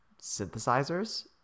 synthesizers